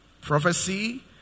Prophecy